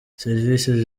serivisi